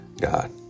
God